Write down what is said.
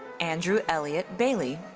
andrew elliot bailey.